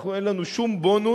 אנחנו, אין לנו שום בונוס